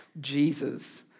Jesus